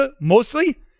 mostly